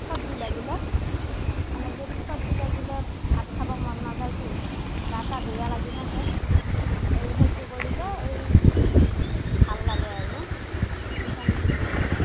চৰ্দি লাগিলে এনেকৈ চৰ্দি লাগিলে ভাত খাব মন নাযায়তো গা চা বেয়া লাগি থাকে এই সেইটো কৰিলে এই ভাল লাগে আৰু শুকান ৰুটি বনালে